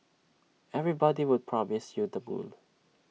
everybody would promise you the moon